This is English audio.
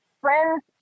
friends